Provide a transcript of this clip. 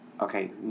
Okay